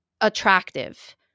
attractive